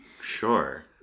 Sure